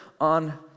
on